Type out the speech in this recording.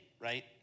right